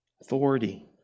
Authority